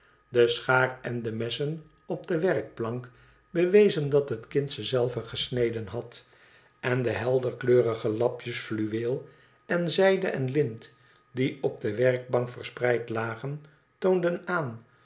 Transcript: de schaar en de messen op de werkplank bewezen dat het kind ze zelve gesneden had en de helderkleurige lapjes fluweel en zijde en lint die op de werkbank verspreid lagen toonden aan